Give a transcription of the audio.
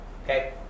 Okay